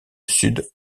sud